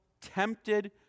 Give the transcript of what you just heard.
tempted